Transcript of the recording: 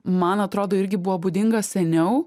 man atrodo irgi buvo būdingas seniau